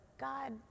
God